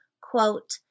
quote